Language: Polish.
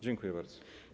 Dziękuję bardzo.